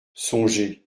songez